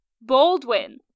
Baldwin